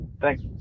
Thanks